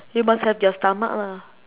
you must have their stomach lah